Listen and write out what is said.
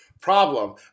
problem